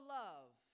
love